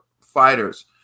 fighters